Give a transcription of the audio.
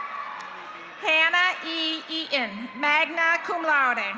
hannah e eaton, magna cum laude. and